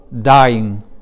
dying